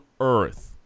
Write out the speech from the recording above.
earth